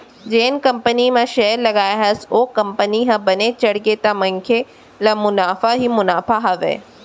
जेन कंपनी म सेयर लगाए हस ओ कंपनी ह बने चढ़गे त मनखे ल मुनाफा ही मुनाफा हावय